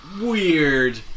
weird